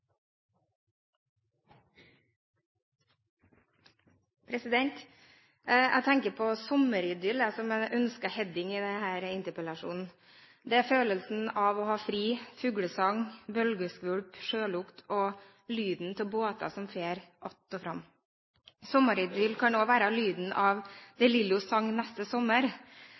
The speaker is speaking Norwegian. sommeridyll som en ønsket heading i denne interpellasjonen. Det er følelsen av å ha fri, fuglesang, bølgeskvulp, sjølukt og lyden av båter som farer att og fram. Sommeridyll kan også være lyden av deLillos’ sang «Neste sommer», der det